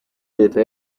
leta